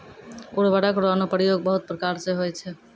उर्वरक रो अनुप्रयोग बहुत प्रकार से होय छै